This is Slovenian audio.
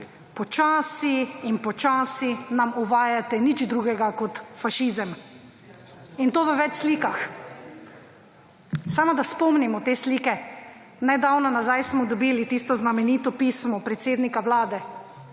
Počasi, počasi nam uvajate nič drugega kot fašizem, in to v več slikah. Samo da spomnimo te slike. Nedavno nazaj smo dobili tisto znamenito pismo predsednika Vlade,